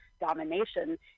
domination